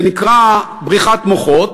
זה נקרא "בריחת מוחות".